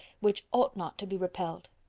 which ought not, to be repelled.